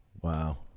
wow